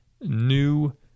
new